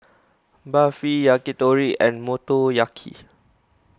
Barfi Yakitori and Motoyaki